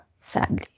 sadly